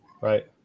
Right